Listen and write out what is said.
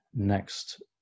Next